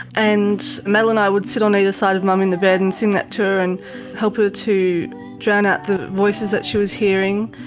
and mel and i would sit on either side of mum in the bed and sing that to her and help her to drown out the voices that she was hearing.